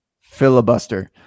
Filibuster